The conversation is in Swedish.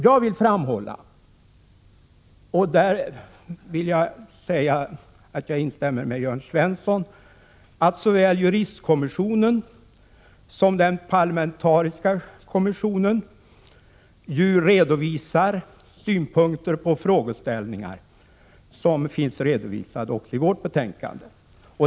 Jag vill framhålla — och där instämmer jag med Jörn Svensson — att såväl juristkommissionen som den parlamentariska kommissionen har berört och skall beröra frågeställningar som finns redovisade i vårt betänkande.